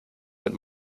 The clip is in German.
mit